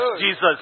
Jesus